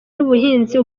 n’ubuhinzi